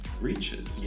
reaches